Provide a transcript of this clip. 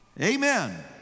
Amen